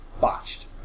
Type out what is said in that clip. botched